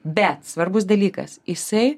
bet svarbus dalykas jisai